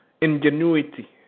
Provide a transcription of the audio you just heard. ingenuity